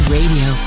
Radio